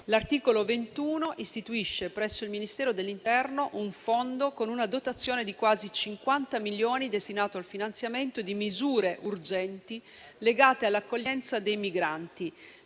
L'articolo 21 istituisce, presso il Ministero dell'interno, un fondo con una dotazione di quasi 50 milioni destinato al finanziamento di misure urgenti legate all'accoglienza dei migranti,